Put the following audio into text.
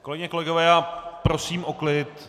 Kolegyně, kolegové, prosím o klid.